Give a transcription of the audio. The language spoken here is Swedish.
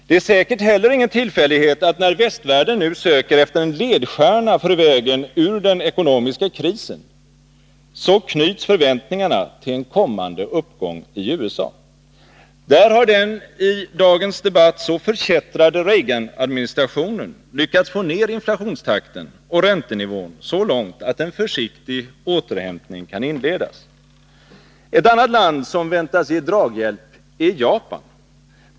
Det är säkert heller ingen tillfällighet att när västvärlden nu söker efter en ledstjärna för vägen ur den ekonomiska krisen, så knyts förväntningarna till en kommande uppgång i USA. Där har den i dagens debatt så förkättrade Reaganadministrationen lyckats få ner inflationstakten och räntenivån så långt att en försiktig återhämtning kan inledas. Ett annat land som väntas ge draghjälp är Japan.